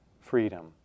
freedom